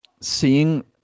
seeing